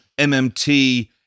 MMT